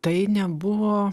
tai nebuvo